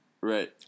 right